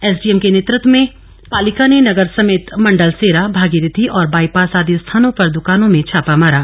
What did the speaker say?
SDM के नेतत्व में पालिका ने नगर समेत मंडलसेरा भागीरथी और बाइपास आदि स्थानों पर दकानों में छापा मारा